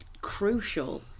crucial